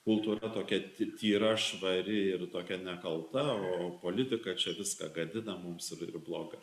kultūra tokia tyra švari ir tokia nekalta o politika čia viską gadina mums ir blogai